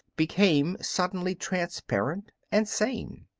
became suddenly transparent and sane.